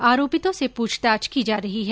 आरोपितों से पूछताछ की जा रही है